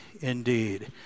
indeed